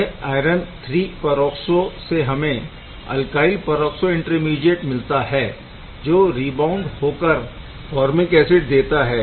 यह iron III peroxo से हमें iron III alkyl peroxo intermediate मिलता है जो रिबाउण्ड होकर हमें फॉरमिक ऐसिड देता है